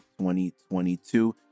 2022